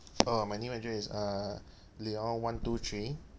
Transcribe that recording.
oh my email address is uh leon one two three